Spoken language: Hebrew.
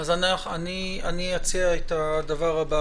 אני אציע את הדבר הבא.